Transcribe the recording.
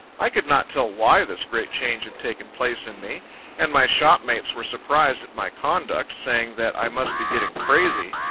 i could not tell why this great change had taken place in me and my shopmates were surprised at my conduct, saying, that i must be getting crazy.